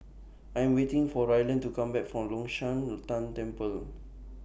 I Am waiting For Ryland to Come Back from Long Shan Tang Temple